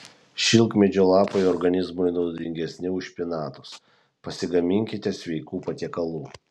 šilkmedžio lapai organizmui naudingesni už špinatus pasigaminkite sveikų patiekalų